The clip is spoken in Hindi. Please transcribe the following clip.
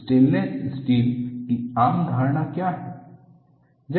स्टेनलेस स्टील की आम धारणा क्या है